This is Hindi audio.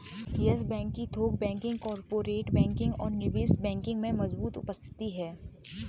यस बैंक की थोक बैंकिंग, कॉर्पोरेट बैंकिंग और निवेश बैंकिंग में मजबूत उपस्थिति है